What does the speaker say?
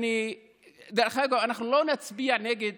דרך אגב, אנחנו לא נצביע נגד